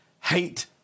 Hate